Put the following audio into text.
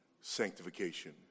sanctification